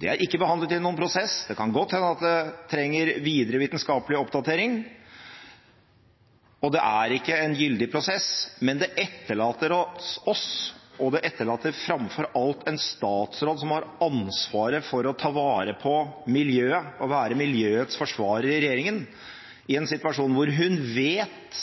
Det er ikke behandlet i noen prosess, det kan godt hende at det trenger videre vitenskapelig oppdatering, og det er ikke en gyldig prosess, men det etterlater oss og det etterlater framfor alt en statsråd – som har ansvaret for å ta vare på miljøet, og være miljøets forsvarer i regjeringen – i en situasjon hvor hun vet